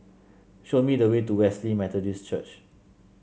show me the way to Wesley Methodist Church